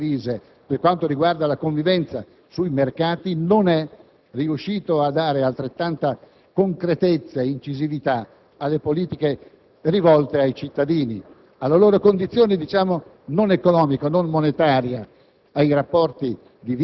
l'unione economica dell'Europa, il vero mercato unico, le vere regole condivise per quanto riguarda la convivenza sui mercati, Jacques Delors non è riuscito a dare altrettanta concretezza ed incisività alle politiche rivolte ai cittadini,